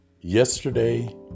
yesterday